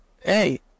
Hey